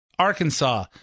Arkansas